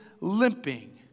limping